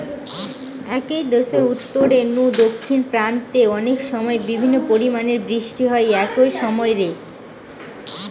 একই দেশের উত্তর নু দক্ষিণ প্রান্ত রে অনেকসময় বিভিন্ন পরিমাণের বৃষ্টি হয় একই সময় রে